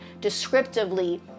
descriptively